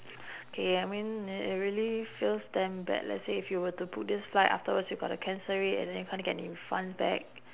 K I mean i~ it really feels damn bad let's say if you were to booked this flight afterwards you gotta cancel it and then you can't get any refunds back